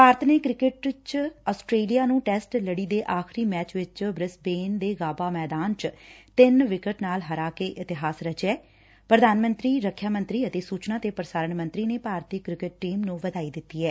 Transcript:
ਭਾਰਤ ਨੇ ਕ੍ਰਿਕਟ ਚ ਆਸਟੇਲੀਆ ਨੂੰ ਟੈਸਟ ਲੜੀ ਦੇ ਆਖ਼ਰੀ ਮੈਚ ਵਿਚ ਬ੍ਰਿਸਬੇਨ ਦੇ ਗਾਬਾ ਮੈਦਾਨ ਚ ਤਿੰਨ ਵਿਕਟ ਨਾਲ ਹਰਾ ਕੇ ਇਤਿਹਾਸ ਰਚਿਐ ਪ੍ਰਧਾਨ ਮੰਤਰੀ ਰੱਖਿਆ ਮੰਤਰੀ ਅਤੇ ਸੁਚਨਾ ਅਤੇ ਪ੍ਰਸਾਰਣ ਮੰਤਰੀ ਨੇ ਭਾਰਤੀ ਕੁਕਟ ਟੀਮ ਨੁੰ ਵਧਾਈ ਦਿੱਤੀ ਏ